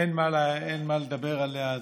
אין מה לדבר עליה.